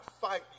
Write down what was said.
fight